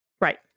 right